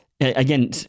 again